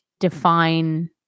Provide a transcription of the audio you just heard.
Define